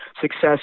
success